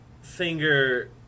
finger